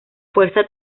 fuerza